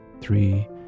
three